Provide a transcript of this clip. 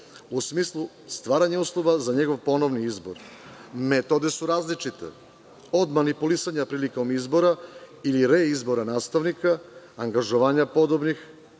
u smislu stvaranja uslova za njegov ponovni izbor. Metode su različite, od manipulisanja prilikom izbora ili reizbora nastavnika, angažovanja podobnih